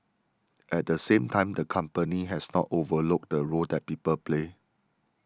at the same time the company has not overlooked the role that people play